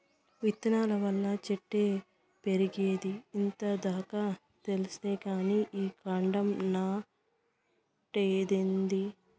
విత్తనాల వల్ల చెట్లు పెరిగేదే ఇంత దాకా తెల్సు కానీ ఈ కాండం నాటేదేందీ